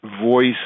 voice